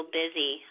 busy